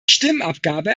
stimmabgabe